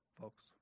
folks